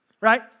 right